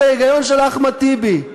את ההיגיון של אחמד טיבי,